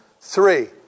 three